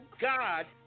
God